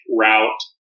route